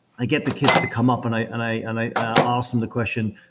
i get the kids to come up and i and i ah ask the question,